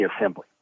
Assembly